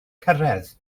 cyrraedd